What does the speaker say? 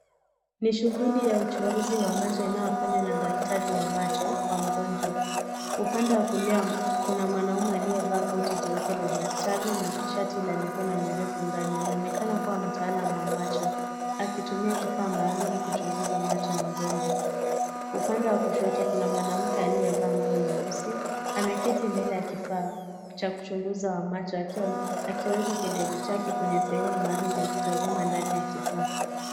Ni shughuli ya uchunguzi wa macho inayofanywa na daktari wa macho kwa mgonjwa . Upande wa kulia kuna mwanaume aliyevaa koti jeupe la daktari na shati la mikono mirefu ndani anaonekana kuwa mtaalamu wa macho akitumia kifaa maalamu kuchunguza macho ya mgonjwa. Upande wa kushoto kuna mwanamke aliyevaa nguo nyeusi ameketi mbele ya kifaa cha kuchunguza macho akiweka kidevu chake kwenye sehemu maalumu ya kutazama ndani ya kifaa.